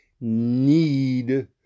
need